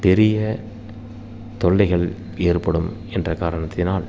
பெரிய தொல்லைகள் ஏற்படும் என்ற காரணத்தினால்